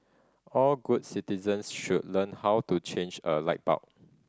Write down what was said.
all good citizens should learn how to change a light bulb